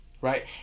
right